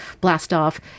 blast-off